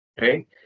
right